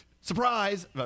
surprise